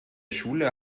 schule